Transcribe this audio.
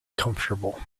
comfortable